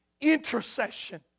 intercession